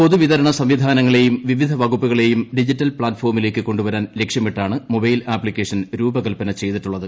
പൊതുവിതരണ സംവിധാനങ്ങളെയും വിവിധ വകുപ്പുകളെയും ഡിജിറ്റൽ പ്ലാറ്റ്ഫോമിലേക്ക് കൊണ്ടുവരാൻ ലക്ഷ്യമിട്ടാണ് മൊബൈൽ ആപ്തിക്കേഷൻ രൂപകല്പന ചെയ്തിട്ടുള്ളത്